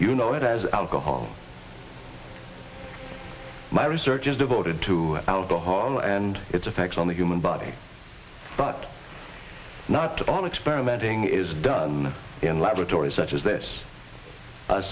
you know it as alcohol my research is devoted to alcohol and its effects on the human body but not all experimenting is done in laboratory such as this